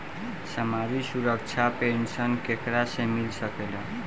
सामाजिक सुरक्षा पेंसन केकरा के मिल सकेला?